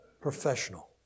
professional